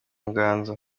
nganzo